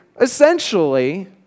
essentially